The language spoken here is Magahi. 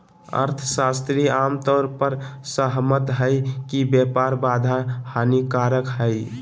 अर्थशास्त्री आम तौर पर सहमत हइ कि व्यापार बाधा हानिकारक हइ